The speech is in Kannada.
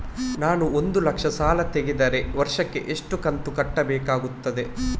ನಾನು ಒಂದು ಲಕ್ಷ ಸಾಲ ತೆಗೆದರೆ ವರ್ಷಕ್ಕೆ ಎಷ್ಟು ಕಂತು ಕಟ್ಟಬೇಕಾಗುತ್ತದೆ?